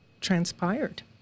transpired